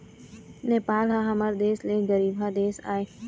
नेपाल ह हमर देश ले गरीबहा देश आय